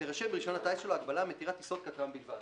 תירשם ברישיון הטיס שלו הגבלה מתירה טיסות כטר"מ בלבד.